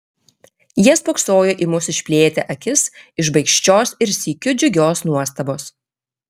jie spoksojo į mus išplėtę akis iš baikščios ir sykiu džiugios nuostabos